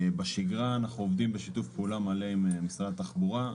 בשגרה אנחנו עובדים בשיתוף פעולה מלא עם משרד התחבורה.